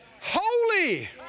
Holy